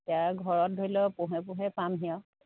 এতিয়া ঘৰত ধৰি লওক পোহৰে পোহৰে পামহি আৰু